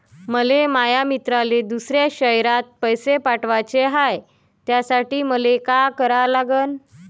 मले माया मित्राले दुसऱ्या शयरात पैसे पाठवाचे हाय, त्यासाठी मले का करा लागन?